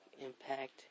Impact